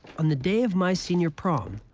on the day of my senior prom,